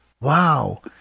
Wow